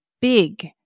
big